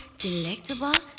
delectable